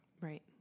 Right